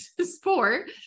sport